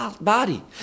body